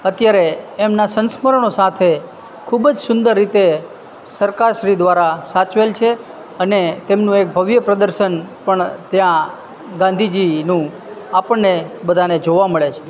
અત્યારે એમના સંસ્મરણો સાથે ખૂબ જ સુંદર રીતે સરકારશ્રી દ્વારા સાચવેલ છે અને તેમનું એક ભવ્ય પ્રદર્શન પણ ત્યાં ગાંધીજીનું આપણને બધાને જોવા મળે છે